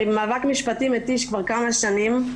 אני במאבק משפטי מתיש כבר כמה שנים.